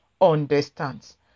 understands